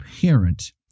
parent